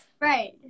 Right